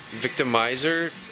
Victimizer